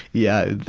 yeah,